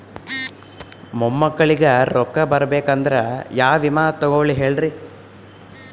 ಮೊಮ್ಮಕ್ಕಳಿಗ ರೊಕ್ಕ ಬರಬೇಕಂದ್ರ ಯಾ ವಿಮಾ ತೊಗೊಳಿ ಹೇಳ್ರಿ?